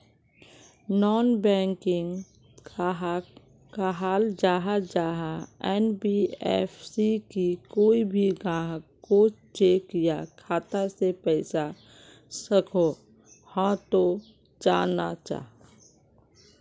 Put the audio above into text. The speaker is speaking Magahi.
नॉन बैंकिंग कहाक कहाल जाहा जाहा एन.बी.एफ.सी की कोई भी ग्राहक कोत चेक या खाता से पैसा सकोहो, हाँ तो चाँ ना चाँ?